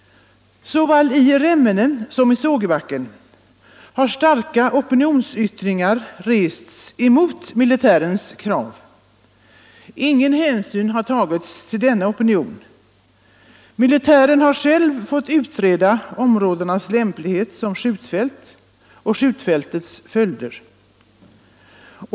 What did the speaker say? Såväl i Remmene som i Sågebacken har starka opinionsyttringar förekommit mot militärens krav. Ingen hänsyn har emellertid tagits till denna opinion. Militären har själv fått utreda områdenas lämplighet som skjutfält och de sociala följderna av att skjutfälten kommer till.